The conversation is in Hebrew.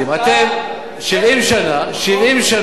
70 שנה,